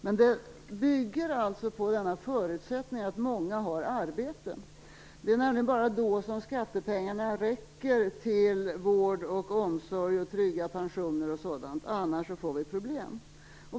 Men det bygger alltså på denna förutsättning, att många har arbete. Det är nämligen bara då som skattepengarna räcker till vård, omsorg, trygga pensioner o.d. annars får vi problem.